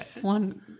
one